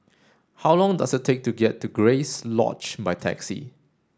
how long does it take to get to Grace Lodge by taxi